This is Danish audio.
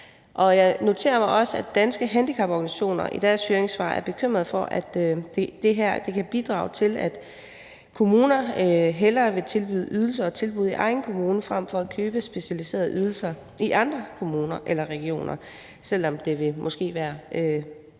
Jeg noterer mig også, at Danske Handicaporganisationer i sit høringssvar er bekymret for, at det her kan bidrage til, at kommuner hellere vil tilbyde ydelser og tilbud i egen kommune frem for at købe specialiserede ydelser i andre kommuner eller regioner, selv om det måske ville være bedre